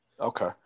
Okay